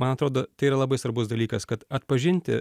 man atrodo tai yra labai svarbus dalykas kad atpažinti